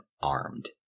armed